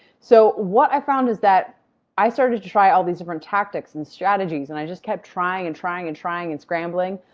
so what i found is that i started to try all these different tactics and strategies and i just kept trying and trying and trying and scrambling,